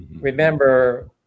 remember